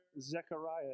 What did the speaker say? Zechariah